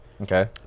Okay